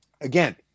again